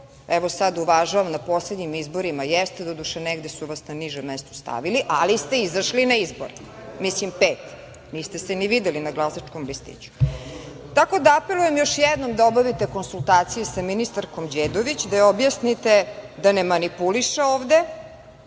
evo sada uvažavam, na poslednjim izborima jeste, doduše negde su vas na nižem mestu stavili, ali ste izašli na izbore, mislim peta, niste se ni videli na glasačkom listiću. Tako da apelujem još jednom da obavite konsultacije sa ministarkom Đedović da joj objasnite da ne manipuliše ovde.